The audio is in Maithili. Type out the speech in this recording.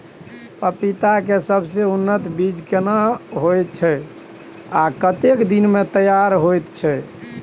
पपीता के सबसे उन्नत बीज केना होयत छै, आ कतेक दिन में तैयार होयत छै?